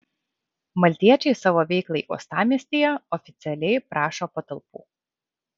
maltiečiai savo veiklai uostamiestyje oficialiai prašo patalpų